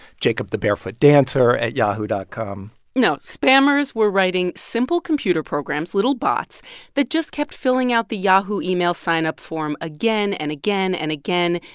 jacobthebarefootdancer at yahoo dot com no, spammers were writing simple computer programs little bots that just kept filling out the yahoo email sign-up form again and again and again,